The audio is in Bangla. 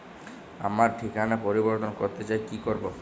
আমার ঠিকানা পরিবর্তন করতে চাই কী করব?